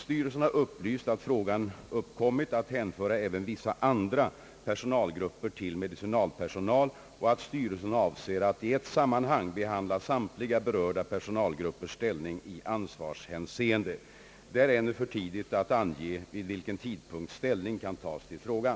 Styrelsen har upplyst att fråga uppkommit att hänföra även vissa andra personalgrupper till medicinalpersonal och att styrelsen avser att i ett sammanhang behandla samtliga berörda personalgruppers ställning i ansvarshänseende. Det är ännu för tidigt att ange vid vilken tidpunkt ställning kan tas till frågan.